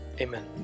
amen